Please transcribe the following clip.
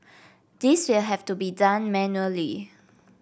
this will have to be done manually